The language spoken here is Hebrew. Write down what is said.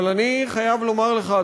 אבל אני חייב לומר לך,